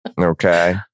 Okay